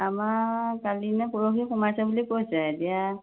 আমাৰ কালিনে পৰহি সোমাইছে বুলি কৈছে এতিয়া